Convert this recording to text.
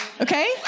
okay